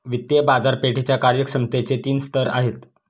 वित्तीय बाजारपेठेच्या कार्यक्षमतेचे तीन स्तर आहेत